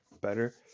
better